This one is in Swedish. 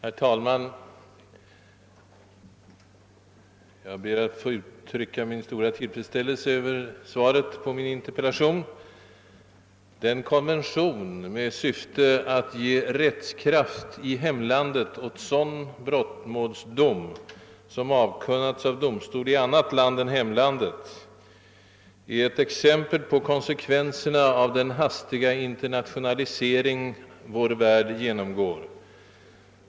Herr talman! Jag ber att få uttrycka min stora tillfredsställelse över svaret på min interpellation. Den konvention med syfte att ge rättskraft i hemlandet åt sådan brottmålsdom som avkunnats av domstol i annat land än hemlandet är ett exempel på konsekvenserna av den hastiga internationalisering vår värld genomgår.